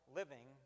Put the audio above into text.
living